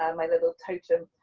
um my little totem.